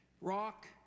Rock